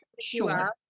Sure